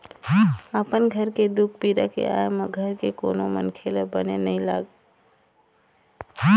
अपन घर के दुख पीरा के आय म घर के कोनो मनखे ल बने नइ लागे